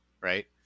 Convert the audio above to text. right